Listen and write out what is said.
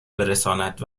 برساند